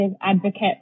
advocate